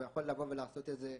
הוא יכול לבוא ולעשות את זה ככה.